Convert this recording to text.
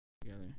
together